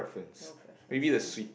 no preference ah